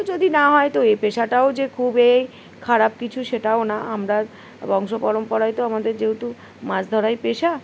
তো যদি না হয় তো এই পেশাটাও যে খুব এই খারাপ কিছু সেটাও না আমরা বংশ পরম্পরায় তো আমাদের যেহেতু মাছ ধরাই পেশা